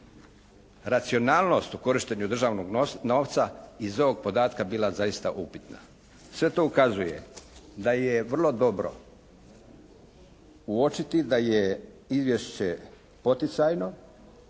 racionalnost u korištenju državnog novca iz ovog podatka zaista bila upitna. Sve to ukazuje da je vrlo dobro uočiti da je Izvješće poticajno,